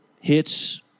hits